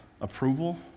approval